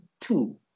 two